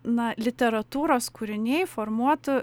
na literatūros kūriniai formuotų